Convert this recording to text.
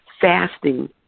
fasting